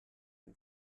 and